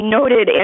Noted